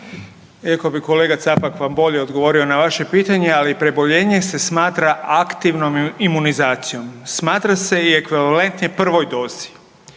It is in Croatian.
Iako bi kolega Capak vam odgovorio na vaše pitanje, ali preboljenje se smatra aktivnom imunizacijom, smatra se i ekvivalentnije prvoj dozi.